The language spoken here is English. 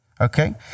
Okay